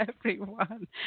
everyone